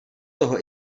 toho